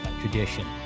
tradition